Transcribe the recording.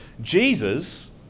Jesus